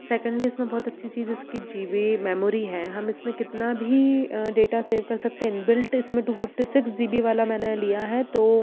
second इसमें बहुत अच्छी चीज है इसकी जी बी मेमोरी है हम इसमें कितना भी डेटा सेव कर सकते हैं इनबिल्ट इसमें two fifty six G B वाला मैंने लिया है तो